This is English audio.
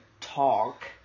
talk